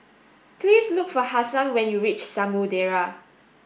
please look for Hasan when you reach Samudera